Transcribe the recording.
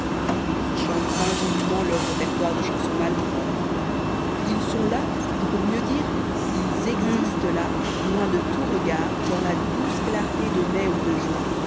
ils y chantent ingénument leur répertoire de chansons malpropres ils sont là ou pour mieux dire ils existent là loin de tout regard dans la douce clarté de mai ou de juin